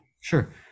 Sure